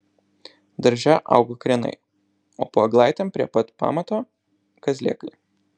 darže augo krienai o po eglaitėm prie pat pamato kazlėkai